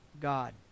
God